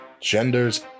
genders